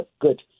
good